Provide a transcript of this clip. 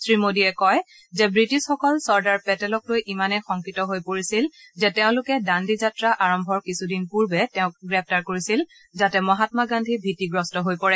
শ্ৰীমোদীয়ে কয় যে ৱিটিছসকল চৰ্দাৰ পেটেলকলৈ ইমানেই শংকিত হৈ পৰিছিল যে তেওঁলোকে দাণ্ডিযাত্ৰা আৰম্ভৰ কিছুদিন পূৰ্বে তেওঁক গ্ৰেপ্তাৰ কৰিছিল যাতে মহাম্মা গান্ধী ভীতিগ্ৰস্ত হৈ পৰে